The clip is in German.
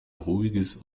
ruhiges